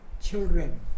Children